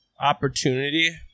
opportunity